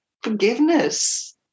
forgiveness